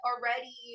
already